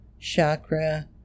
chakra